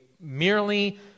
merely